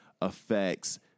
affects